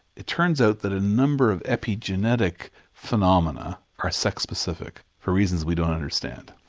it turns out that a number of epigenetic phenomena are sex specific for reasons we don't understand.